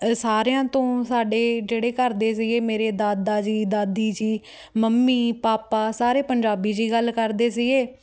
ਸਾਰਿਆਂ ਤੋਂ ਸਾਡੇ ਜਿਹੜੇ ਘਰ ਦੇ ਸੀਗੇ ਮੇਰੇ ਦਾਦਾ ਜੀ ਦਾਦੀ ਜੀ ਮੰਮੀ ਪਾਪਾ ਸਾਰੇ ਪੰਜਾਬੀ 'ਚ ਹੀ ਗੱਲ ਕਰਦੇ ਸੀਗੇ